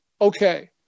Okay